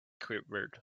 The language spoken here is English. quivered